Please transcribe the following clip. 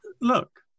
look